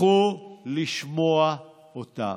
לכו לשמוע אותם.